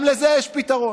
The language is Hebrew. גם לזה יש פתרון.